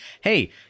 hey